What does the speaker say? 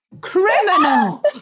Criminal